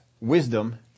wisdom